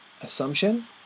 assumption